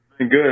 Good